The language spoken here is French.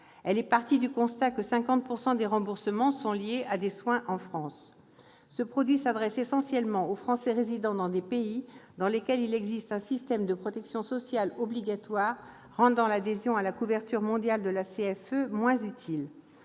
année. Fort du constat que 50 % des remboursements sont liés à des soins en France, ce produit s'adresse essentiellement aux Français résidant dans des pays dans lesquels il existe un système de protection sociale obligatoire rendant l'adhésion à la couverture mondiale de la CFE moins utile.